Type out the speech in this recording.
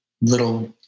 little